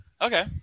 Okay